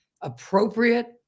appropriate